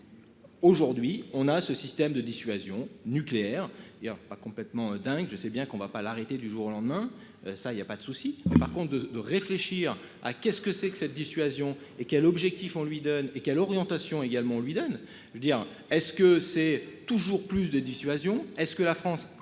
Aujourd'hui on a ce système de dissuasion nucléaire. Il a pas complètement dingue, je sais bien qu'on va pas l'arrêter du jour au lendemain ça il y a pas de souci. Et par contre de, de réfléchir à qu'est-ce que c'est que cette dissuasion et quel objectif on lui donne et quelle orientation également lui donne je veux dire est-ce que c'est toujours plus de dissuasion. Est-ce que la France.